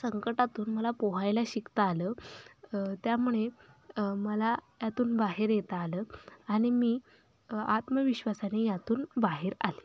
संकटातून मला पोहायला शिकता आलं त्यामुळे मला यातून बाहेर येता आलं आणि मी आत्मविश्वासाने यातून बाहेर आली